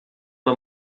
uma